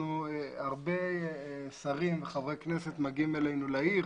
הרבה שרים וחברי כנסת מגיעים אלינו לעיר